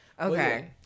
Okay